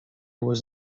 was